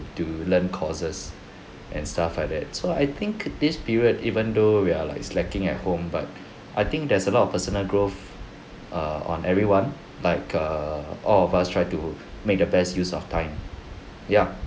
to learn courses and stuff like that so I think this period even though we are like slacking at home but I think there's a lot of personal growth err on everyone like err all of us try to make the best use of time ya